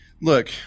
look